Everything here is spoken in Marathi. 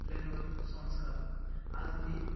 आपल्यांवर संस्कार आज ही